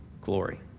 glory